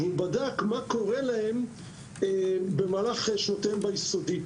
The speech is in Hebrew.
והוא בדק מה קורה להם במהלך שנותיהם ביסודי.